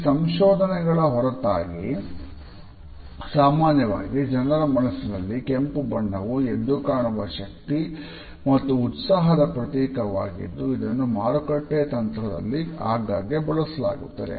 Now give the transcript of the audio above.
ಈ ಸಂಶೋಧನೆಗಳ ಹೊರತಾಗಿ ಸಾಮಾನ್ಯವಾಗಿ ಜನರ ಮನಸ್ಸಿನಲ್ಲಿ ಕೆಂಪು ಬಣ್ಣವು ಎದ್ದುಕಾಣುವ ಶಕ್ತಿ ಮತ್ತು ಉತ್ಸಾಹದ ಪ್ರತೀಕವಾಗಿದ್ದು ಇದನ್ನು ಮಾರುಕಟ್ಟೆ ತಂತ್ರದಲ್ಲಿ ಆಗಾಗ್ಗೆ ಬಳಸಲಾಗುತ್ತದೆ